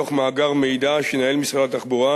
מתוך מאגר מידע שינהל משרד התחבורה,